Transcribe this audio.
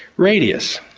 radius,